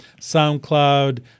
SoundCloud